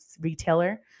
retailer